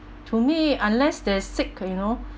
to me unless they're sick you know